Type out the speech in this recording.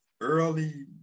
early